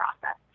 process